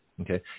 okay